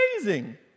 amazing